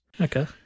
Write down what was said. Okay